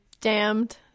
damned